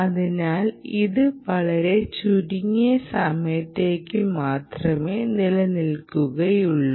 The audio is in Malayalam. അതിനാൽ ഇത് വളരെ ചുരുങ്ങിയ സമയത്തേക്ക് മാത്രമേ നിലനിൽക്കുകയുള്ളു